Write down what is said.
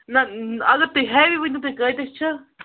نہ اگر تُہۍ ہیٚوٕے نہٕ تُہۍ کۭتِیاہ چھِ